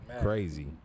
Crazy